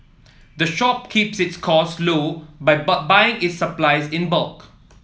the shop keeps its costs low by by buying its supplies in bulk